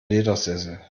ledersessel